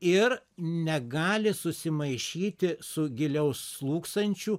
ir negali susimaišyti su giliau slūgsančiu